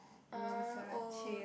r_o